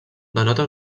denota